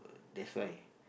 that's why